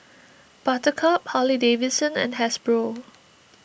Buttercup Harley Davidson and Hasbro